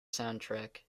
soundtrack